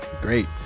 great